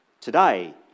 today